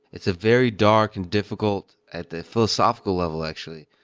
it's a very dark and difficult, at the philosophical level actually,